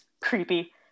creepy